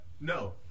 No